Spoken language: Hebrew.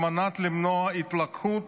על מנת למנוע התלקחות,